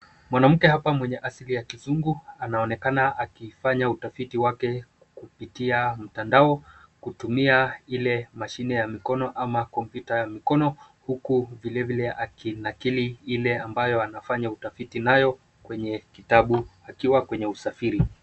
Mwanamke hapa mwenye asili ya kizungu anaonekana akifanya utafiti wake kupitia mtandao kutumia ile mashine ya mikono ama kompyuta ya mikono huku vilevile akinakili ile ambayo anafanya utafiti nayo kwenye kitabu akiwa kwenye usafiri.